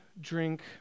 drink